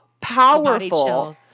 powerful